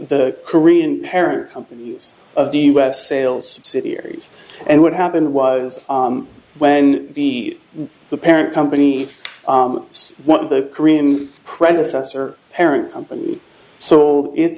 the korean parent company of the u s sales subsidiaries and what happened was when the the parent company one of the korean predecessor parent company so it